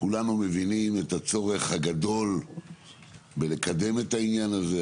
כולנו מבינים את הצורך הגדול בלקדם את העניין הזה,